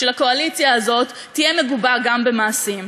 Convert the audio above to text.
של הקואליציה הזאת תהיה מגובה גם במעשים.